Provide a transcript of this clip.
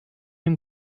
dem